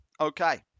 okay